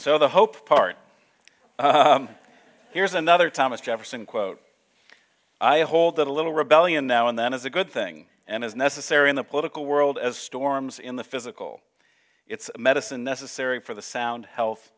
so the hope part here's another thomas jefferson quote i hold that a little rebellion now and then is a good thing and is necessary in the political world as storms in the physical it's medicine necessary for the sound health